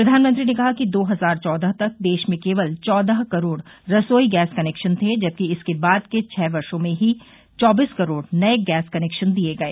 प्रधानमंत्री ने कहा कि दो हजार चौदह तक देश में केवल चौदह करोड रसोई गैस कनेक्शन थे जबकि इसके बाद के छह वर्ष में ही चौबीस करोड नए कनेक्शन दिए गए